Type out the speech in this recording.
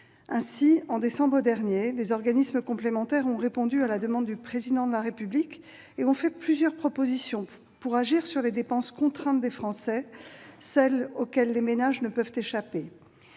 Ainsi, en décembre dernier, les organismes complémentaires ont répondu à la demande du Président de la République en présentant plusieurs propositions pour agir sur les dépenses contraintes des Français, celles auxquelles les ménages ne peuvent échapper.